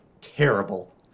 terrible